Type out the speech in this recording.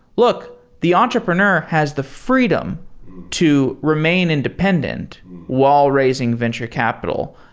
look, the entrepreneur has the freedom to remain independent while raising venture capital.